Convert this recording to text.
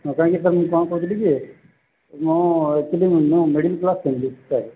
ନା କହିକିଁ ସାର୍ ମୁଁ କ'ଣ କହୁଥିଲି କି ମୋ ଏକ୍ଚୁଲି ଫ୍ୟାମିଲି ସାର୍